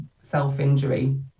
self-injury